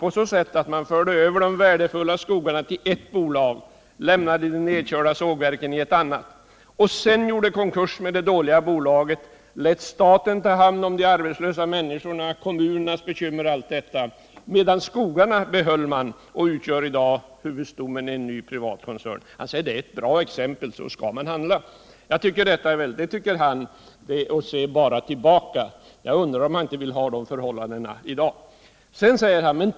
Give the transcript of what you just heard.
på så sätt att man förde över de värdefulla skogarna till ett bolag, lämnade de nedkörda sågverken i ett annat, lät det dåliga bolaget gå i konkurs, lät staten ta hand om de arbetslösa människorna och kommunernas problem, medan man behöll skogarna, som nu ingår i en stor privat koncern, då säger Erik Hovhammar att det är ett bra exempel på hur man skall handla. Jag undrar om inte det är förhållanden som han vill ha tillbaka.